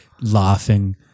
laughing